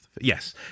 yes